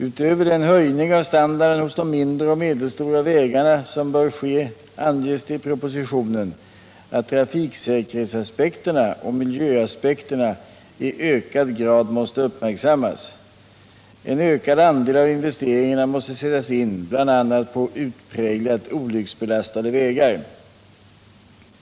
Utöver den höjning av standarden hos de mindre och medelstora vägarna som bör ske anges det i propositionen att trafiksäkerhetsaspekterna och miljöaspekterna i ökad grad måste uppmärksammas. En ökad andel av investeringarna måste sättas in bl.a. på utpräglat olycksbelastade vägar.